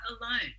alone